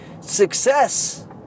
success